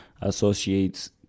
associates